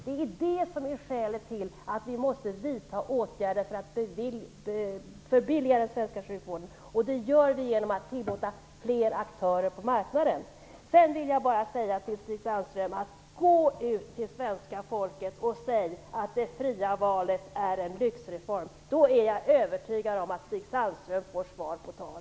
Det är det som är skälet till att vi måste vidta åtgärder för att förbilliga den svenska sjukvården. Det gör vi genom att tillåta flera aktörer på marknaden. Jag vill bara säga till Stig Sandström: Om Stig Sandström går ut till svenska folket och säger att det fria valet är en lyxreform, så är jag övertygad om att han får svar på tal.